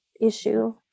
issue